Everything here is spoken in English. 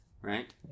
right